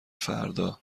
فردا